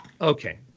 Okay